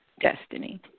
destiny